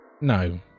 no